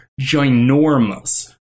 ginormous